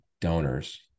donors